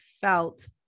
felt